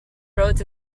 roads